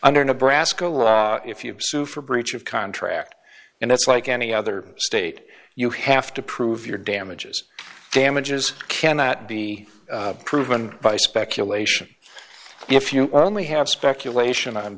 under nebraska law if you sue for breach of contract and it's like any other state you have to prove your damages damages cannot be proven by speculation if you only have speculation